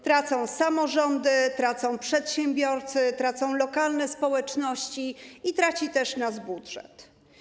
Tracą samorządy, tracą przedsiębiorcy, tracą lokalne społeczności i traci też nasz budżet.